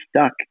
stuck